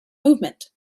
movement